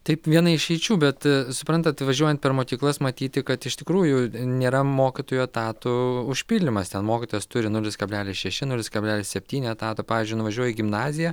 taip viena išeičių bet suprantat važiuojant per mokyklas matyti kad iš tikrųjų nėra mokytojų etatų užpildymas ten mokytojas turi nulis kablelis šeši nulis kablelis septyni etato pavyzdžiui nuvažiuoji į gimnaziją